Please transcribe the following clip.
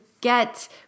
get